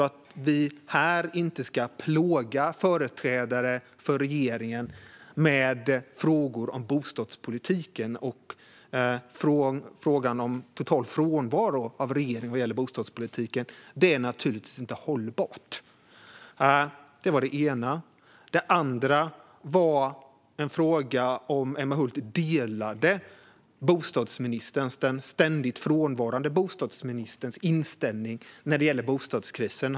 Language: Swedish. Att vi här inte ska plåga företrädare för regeringen med frågor om bostadspolitiken och frågan om total frånvaro av regering vad gäller bostadspolitiken är naturligtvis inte hållbart. Det var det ena. Det andra var en fråga om Emma Hult delar den ständigt frånvarande bostadsministerns inställning när det gäller bostadskrisen.